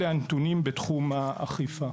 אלה הנתונים בתחום האכיפה.